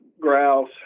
grouse